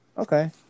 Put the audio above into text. Okay